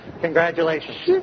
Congratulations